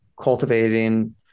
cultivating